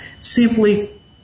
Simply